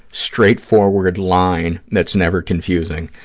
straightforward line that's never confusing.